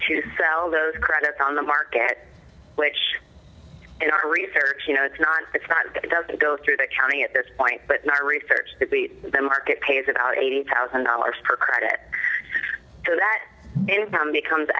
to sell those credits on the market which in our research you know it's not it's not that it doesn't go through the county at this point but not research to beat the market pays it out eighty thousand dollars per credit so that in time becomes